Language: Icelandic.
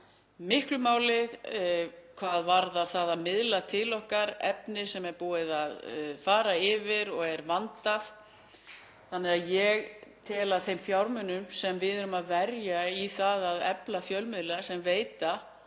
miklu máli hvað varðar það að miðla til okkar efni sem er búið að fara yfir og er vandað þannig að ég tel að þeim fjármunum sem við erum að verja í það að efla fjölmiðla, sem veita